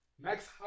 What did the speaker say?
Max